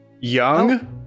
Young